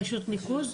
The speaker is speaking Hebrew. רשות ניקוז?